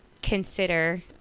Consider